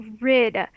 rid